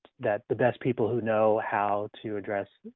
that the best people who know how to address